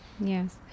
Yes